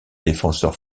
défenseurs